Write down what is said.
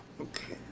Okay